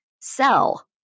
sell